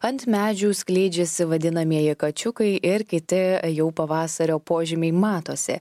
ant medžių skleidžiasi vadinamieji kačiukai ir kiti jau pavasario požymiai matosi